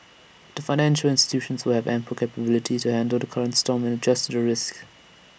the financial institutions will have ample capability to handle the current storm and adjust to the risks